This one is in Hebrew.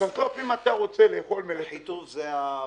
בסוף אם אתה רוצה לאכול מלפפון --- אחיטוב זה הבסיס,